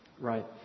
right